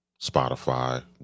Spotify